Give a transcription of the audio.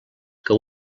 que